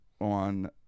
on